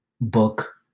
book